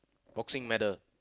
boxing medal